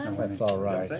that's all right.